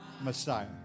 Messiah